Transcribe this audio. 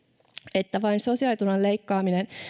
että vain sosiaaliturvan leikkaaminen